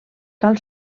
cal